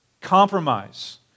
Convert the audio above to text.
Compromise